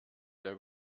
der